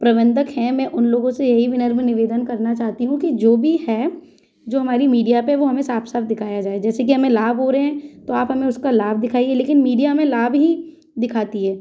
प्रबंधक हैं मैं उन लोगों से यही विनम्र निवेदन करना चाहती हूँ कि जो भी है जो हमारी मीडिया पर है वो हमें साफ साफ दिखाया जाए जैसे कि हमें लाभ हो रहे हैं तो आप हमें उसका लाभ दिखाइए लेकिन मीडिया हमें लाभ ही दिखाती है